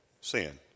sin